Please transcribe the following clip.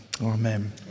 Amen